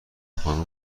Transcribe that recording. خانم